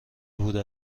بوده